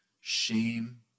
shame